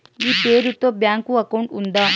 మీ పేరు తో bank account ఉందా?